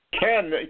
Ken